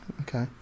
Okay